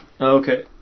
Okay